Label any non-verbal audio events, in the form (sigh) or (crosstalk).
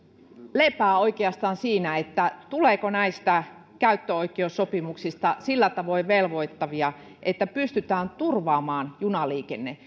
lepää oikeastaan siinä tuleeko näistä käyttöoikeussopimuksista sillä tavoin velvoittavia että pystytään turvaamaan junaliikenne (unintelligible)